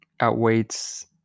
outweighs